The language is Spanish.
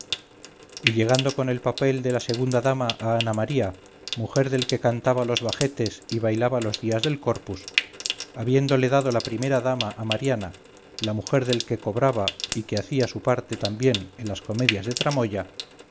y llegando con el papel de la segunda dama a ana maría mujer del que cantaba los bajetes y bailaba los días de corpus habiéndole dado la primera dama a mariana la mujer del que cobraba y que hacía su parte también en las comedias de tramoya